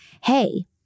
hey